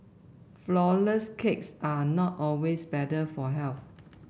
flour less cakes are not always better for health